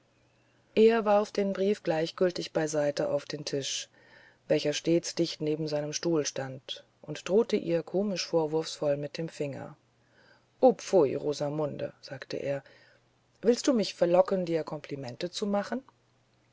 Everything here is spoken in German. er warf den brief gleichgültig beiseite auf einen tisch welcher stets dicht neben seinemstuhlstandunddrohteihrkomischvorwurfsvollmitdemfinger o pfui rosamunde sagte er willst du mich verlocken dir komplimente zu machen